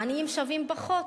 עניים שווים פחות.